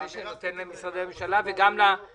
לפני שאני נותן לנציגי משרדי הממשלה ולאורחים,